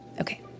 Okay